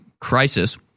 crisis –